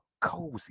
Cozy